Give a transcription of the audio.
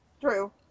True